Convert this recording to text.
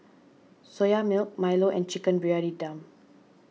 Soya Milk Milo and Chicken Briyani Dum